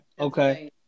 okay